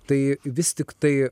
tai vis tiktai